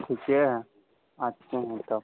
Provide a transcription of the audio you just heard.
ठीके हैं आते हैं तब